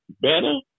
better